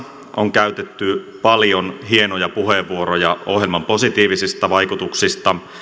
on käytetty paljon hienoja puheenvuoroja ohjelman positiivisista vaikutuksista